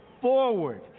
forward